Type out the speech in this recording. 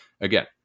again